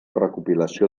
recopilació